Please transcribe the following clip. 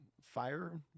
fire